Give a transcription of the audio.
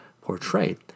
portrayed